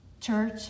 church